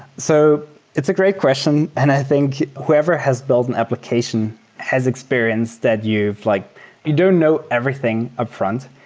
so it's a great question, and i think whoever has built an application has experienced that you've like you don't know everything upfront.